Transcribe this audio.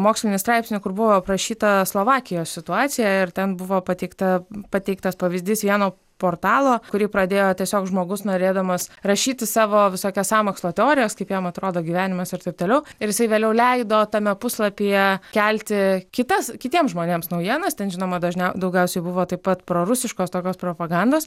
mokslinį straipsnį kur buvo aprašyta slovakijos situacija ir ten buvo pateikta pateiktas pavyzdys vieno portalo kurį pradėjo tiesiog žmogus norėdamas rašyti savo visokias sąmokslo teorijas kaip jam atrodo gyvenimas ir taip toliau ir jisai vėliau leido tame puslapyje kelti kitas kitiems žmonėms naujienas ten žinoma dažniau daugiausiai buvo taip pat prorusiškos tokios propagandos